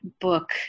book